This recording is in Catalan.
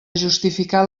justificar